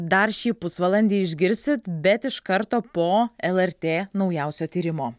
dar šį pusvalandį išgirsit bet iš karto po lrt naujausio tyrimo